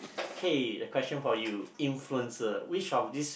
okay the question for you influencer which of these